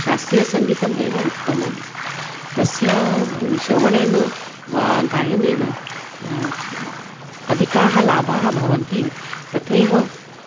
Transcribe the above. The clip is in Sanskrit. शास्त्रीयसङ्गीतम् एव उत्तमं तस्य श्रवणेन वा गायनेन अधिकाः लाभाः भवन्ति तथैव